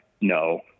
No